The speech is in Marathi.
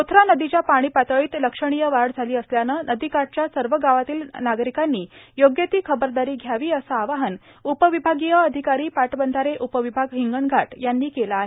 पोथरा नदीच्या पाणीपातळीत लक्षणीय वाढ झाली असल्याने नदीकाठाच्या सर्व गावातील नागरिकांनी योग्य ती खबरदारी घ्यावी असे आवाहन उपविभागीय अधिकारी पाटबंधारे उपविभाग हिंगणघाट यांनी केले आहे